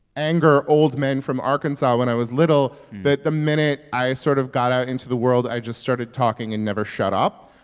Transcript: anger old men from arkansas when i was little that the minute i sort of got out into the world, i just started talking and never shut up.